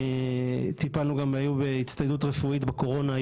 טיפלנו גם בהצטיידות רפואית בקורונה,